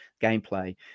gameplay